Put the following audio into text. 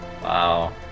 Wow